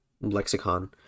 lexicon